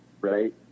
right